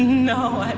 no, i